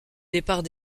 départ